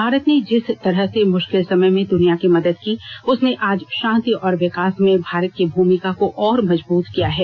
भारत ने जिस तरह से मुष्किल समय में दुनिया की मदद की उसने आज शांति और विकास में भारत की भूमिका को और मजबूत किया है